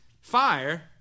fire